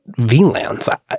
VLANs